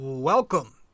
Welcome